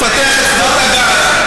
לפתח את שדות הגז,